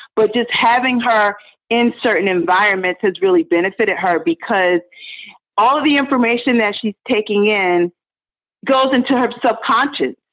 but just having her in certain environments has really benefited her because all of the information that she's taking in goes into her subconscious.